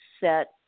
set